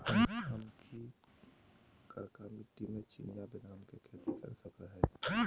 हम की करका मिट्टी में चिनिया बेदाम के खेती कर सको है?